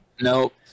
Nope